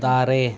ᱫᱟᱨᱮ